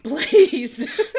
Please